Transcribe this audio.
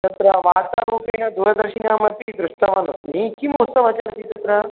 तत्र वार्तारूपेण दूरदर्शिन्यामपि दृष्टवान् अस्मि किम् उत्सवः चलति तत्र